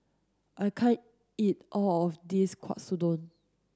I can't eat all of this Katsudon